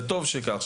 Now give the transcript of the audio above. ומה טוב שכך,